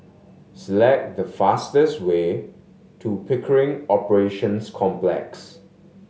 select the fastest way to Pickering Operations Complex